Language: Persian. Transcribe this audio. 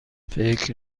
فکر